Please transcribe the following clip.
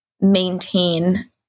maintain